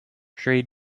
tree